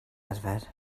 arfer